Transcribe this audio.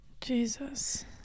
Jesus